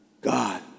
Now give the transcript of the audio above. God